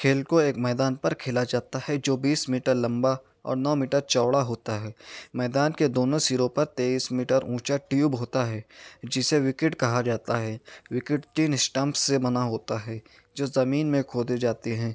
کھیل کو ایک میدان پر کھیلا جاتا ہے جو بیس میٹر لمبا اور نو میٹر چوڑا ہوتا ہے میدان کے دونوں سروں پر تیئیس میٹر اونچا ٹیوب ہوتا ہے جسے وکٹ کہا جاتا ہے وکٹ تین اسٹمپ سے بنا ہوتا ہے جو زمین میں کھودے جاتے ہیں